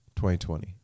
2020